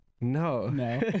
No